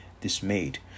dismayed